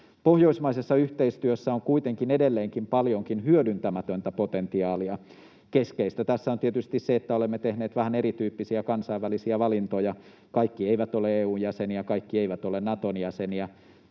Pohjoismaisessa yhteistyössä on kuitenkin edelleen paljonkin hyödyntämätöntä potentiaalia. Keskeistä tässä on tietysti se, että olemme tehneet vähän erityyppisiä kansainvälisiä valintoja. Kaikki eivät ole EU:n jäseniä, kaikki eivät ole Naton jäseniä.